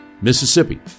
Mississippi